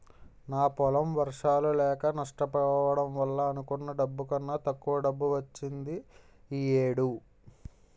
నా పొలం వర్షాలు లేక నష్టపోవడం వల్ల అనుకున్న డబ్బు కన్నా తక్కువ డబ్బు వచ్చింది ఈ ఏడు